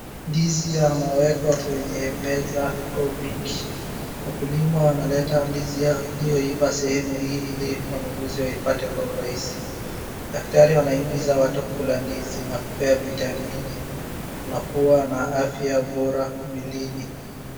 Ndizi yamewekwa kwenye meza kwa wingi. Wakulima wanaleta ndizi yao ilioiva sehemu hii ili wanunuzi waipate kwa urahisi. Daktari wanaimiza watu kula ndizi na kupea vitamini unakuwa na afya bora mwilini.